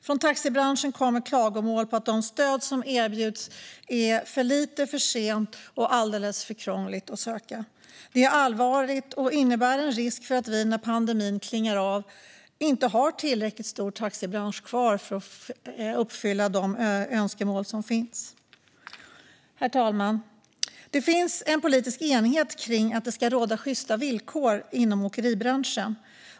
Från taxibranschen kommer klagomål på att de stöd som erbjuds är för små, kommer för sent och är alldeles för krångliga att söka. Det är allvarligt och innebär en risk för att vi när pandemin klingar av inte har en tillräckligt stor taxibransch kvar för att uppfylla de önskemål som finns. Herr talman! Det finns en politisk enighet om att det ska råda sjysta villkor i åkeribranschen.